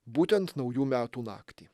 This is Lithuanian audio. būtent naujų metų naktį